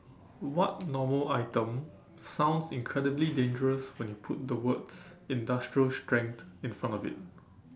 what normal item sounds incredibly dangerous when you put the words industrial strength in front of it